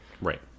Right